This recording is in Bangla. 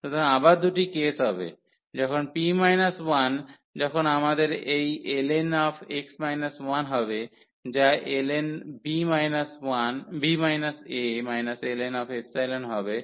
সুতরাং আবার দুটি কেস হবে যখন p 1 যখন আমাদের এই ln x a হবে যা ln b a ln দেবে